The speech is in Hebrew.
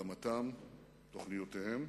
ממגמתם ומתוכניותיהם.